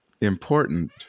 important